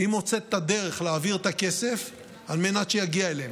היא מוצאת את הדרך להעביר את הכסף על מנת שיגיע אליהם.